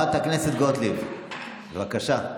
חברת הכנסת גוטליב, בבקשה.